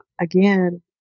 again